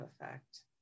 effect